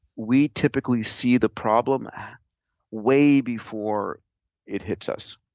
we typically see the problem ah way before it hits us.